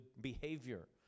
behavior